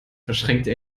verschränkte